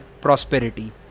prosperity